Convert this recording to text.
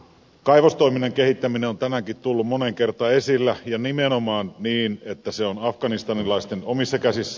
kaivostoiminnan kehittäminen on tänäänkin tullut moneen kertaan esille ja nimenomaan niin että se on afganistanilaisten omissa käsissä